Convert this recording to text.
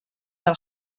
del